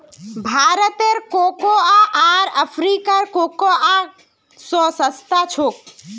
भारतेर कोकोआ आर अफ्रीकार कोकोआ स सस्ता छेक